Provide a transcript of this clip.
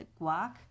guac